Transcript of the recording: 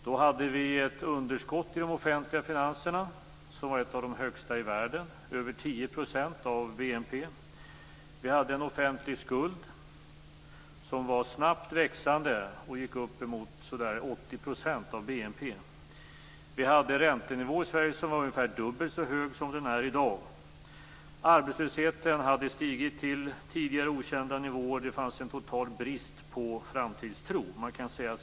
Då hade vi ett underskott i de offentliga finanserna som var ett av de högsta i världen - det låg på över 10 % av BNP. Vi hade en offentlig skuld som var snabbt växande och uppgick till närmare 80 % av BNP. Vi hade en räntenivå i Sverige som var ungefär dubbelt så hög som den är i dag. Arbetslösheten hade stigit till tidigare okända nivåer. Det fanns en total brist på framtidstro.